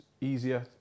easier